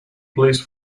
police